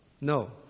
No